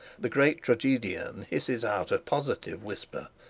the great tragedian hisses out a positive whisper,